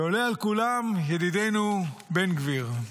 ועולה על כולם ידידנו בן גביר.